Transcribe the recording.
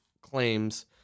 claims